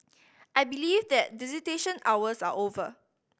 I believe that visitation hours are over